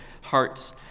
hearts